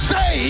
Say